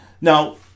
Now